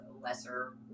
lesser